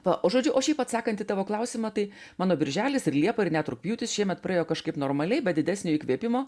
o žodžiu o šiaip atsakant į tavo klausimą tai mano birželis ir liepa ir net rugpjūtis šiemet praėjo kažkaip normaliai be didesnio įkvėpimo